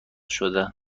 شده